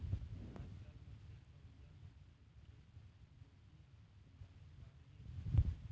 आजकाल मछरी खवइया मनखे के गिनती ह बनेच बाढ़गे हे